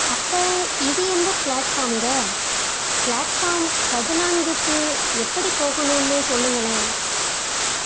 அப்போ இது எந்த ப்ளாட்ஃபார்ம்ங்க ப்ளாட்ஃபார்ம் பதினான்குக்கு எப்படி போகணும்னு சொல்லுங்களேன்